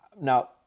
Now